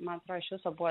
man atro iš viso buo